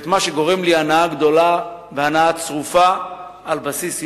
ומה שגורם לי הנאה גדולה והנאה צרופה על בסיס יומיומי.